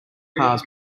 cars